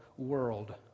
world